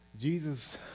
Jesus